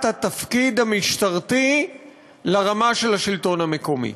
התפקיד המשטרתי לרמה של השלטון המקומי.